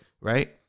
Right